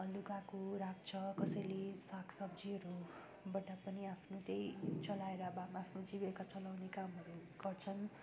लुगाको राख्छ कसैले साग सब्जीहरूबाट पनि आफ्नो केही चलाएर वा आफ्नो जीविका चलाउने कामहरू गर्छन्